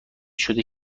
شده